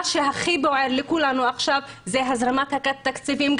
שהכי בוער לכולנו עכשיו זה הזרמת התקציבים.